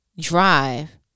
drive